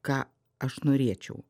ką aš norėčiau